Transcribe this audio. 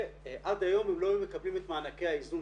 ועד היום הם היו לא מקבלים את מענקי האיזון.